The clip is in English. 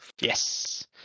yes